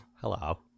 Hello